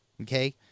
okay